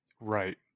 Right